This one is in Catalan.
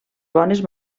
bones